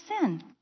sin